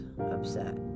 upset